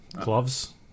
Gloves